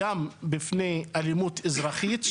גם מפני אלימות אזרחית,